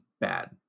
bad